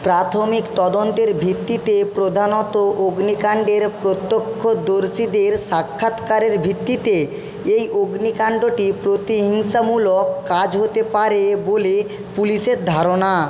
প্রাথমিক তদন্তের ভিত্তিতে প্রধানত অগ্নিকাণ্ডের প্রত্যক্ষদর্শীদের সাক্ষাৎকারের ভিত্তিতে এই অগ্নিকাণ্ডটি প্রতিহিংসামূলক কাজ হতে পারে বলে পুলিশের ধারণা